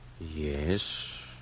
Yes